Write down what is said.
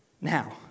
Now